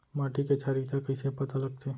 माटी के क्षारीयता कइसे पता लगथे?